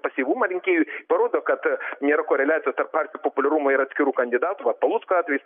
pasyvumą rinkėjų parodo kad nėra koreliacijos tarp partijų populiarumo ir atskirų kandidatų vat palucko atvejis